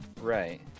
right